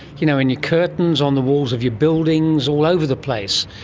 you know, in your curtains, on the walls of your buildings, all over the place.